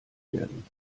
werden